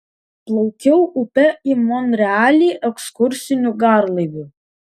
plaukiau upe į monrealį ekskursiniu garlaiviu